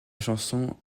chanson